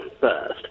first